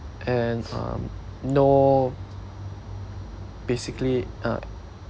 and um no basically uh